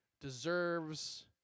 deserves